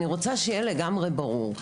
אני רוצה שיהיה לגמרי ברור.